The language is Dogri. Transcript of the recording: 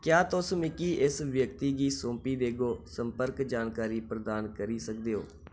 क्या तुस मिगी इस व्यक्ति गी सौंपी देगो संर्पक जानकारी प्रदान करी सकदे ओ